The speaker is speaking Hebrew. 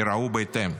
ייראו בהתאם,